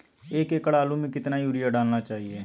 एक एकड़ आलु में कितना युरिया डालना चाहिए?